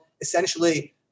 essentially